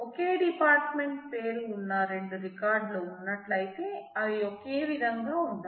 ఒకే department పేరు ఉన్న రెండు రికార్డులు ఉన్నట్లయితే అవి ఒకేవిధంగా ఉండాలి